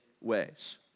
ways